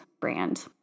brand